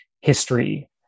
history